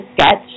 sketch